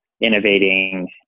innovating